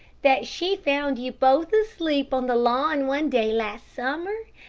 that she found you both asleep on the lawn one day last summer,